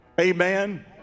Amen